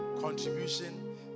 contribution